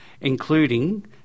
Including